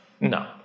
No